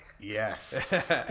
Yes